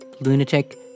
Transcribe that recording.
Lunatic